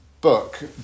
book